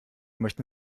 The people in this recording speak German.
möchten